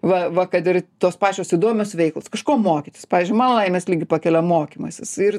va va kad ir tos pačios įdomios veiklos kažko mokytis pavyzdžiui man laimės lygį pakelia mokymasis ir